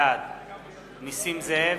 בעד נסים זאב,